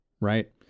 right